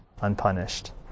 unpunished